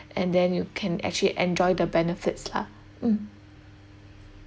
and then you can actually enjoy the benefits lah mm